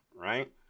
right